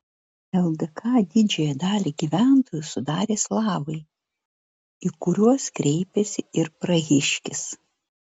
ldk didžiąją dalį gyventojų sudarė slavai į kuriuos kreipėsi ir prahiškis